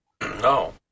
No